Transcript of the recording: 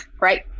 right